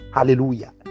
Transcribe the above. Hallelujah